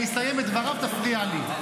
כשאני אסיים את דבריו תפריע לי.